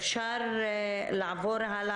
אפשר לעבור הלאה